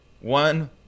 one